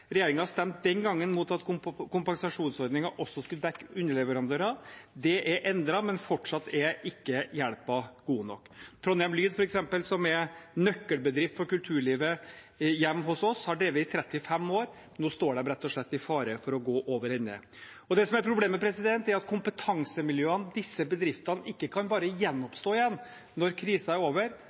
den gangen mot at kompensasjonsordningen også skulle dekke underleverandører. Det er endret, men ennå er ikke hjelpen god nok. Trondheim Lyd, f.eks., som er en nøkkelbedrift i kulturlivet hos oss, har drevet i 35 år. Nå står de rett og slett i fare for å gå over ende. Det som er problemet, er at kompetansemiljøene, disse bedriftene, ikke bare kan gjenoppstå når krisen er over,